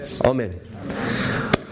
Amen